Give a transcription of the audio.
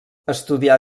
estudià